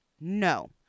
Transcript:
No